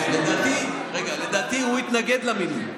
לדעתי הוא התנגד למינוי.